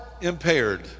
impaired